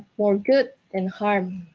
more good than harm